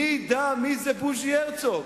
מי ידע מי זה בוז'י הרצוג?